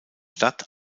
stadt